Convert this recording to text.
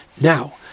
Now